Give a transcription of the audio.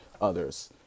others